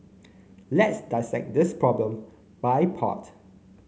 let's dissect this problem by part